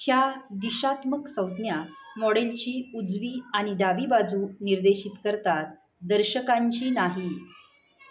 ह्या दिशात्मक संज्ञा मॉडेलची उजवी आणि डावी बाजू निर्देशित करतात दर्शकांची नाही